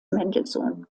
mendelssohn